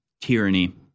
tyranny